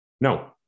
No